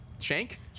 Shank